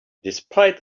despite